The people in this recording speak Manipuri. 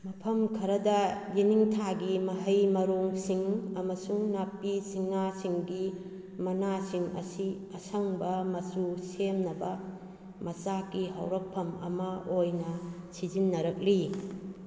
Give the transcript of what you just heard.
ꯃꯐꯝ ꯈꯔꯗ ꯌꯦꯅꯤꯡꯊꯥꯒꯤ ꯃꯍꯩ ꯃꯔꯣꯡꯁꯤꯡ ꯑꯃꯁꯨꯡ ꯅꯥꯄꯤ ꯁꯤꯡꯅꯥꯁꯤꯡꯒꯤ ꯃꯅꯥꯁꯤꯡ ꯑꯁꯤ ꯑꯁꯪꯕ ꯃꯆꯨ ꯁꯦꯝꯅꯕ ꯃꯆꯥꯛꯀꯤ ꯍꯧꯔꯛꯐꯝ ꯑꯃ ꯑꯣꯏꯅ ꯁꯤꯖꯤꯟꯅꯔꯛꯂꯤ